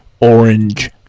Orange